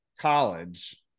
college